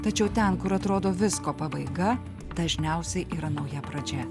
tačiau ten kur atrodo visko pabaiga dažniausiai yra nauja pradžia